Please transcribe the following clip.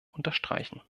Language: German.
unterstreichen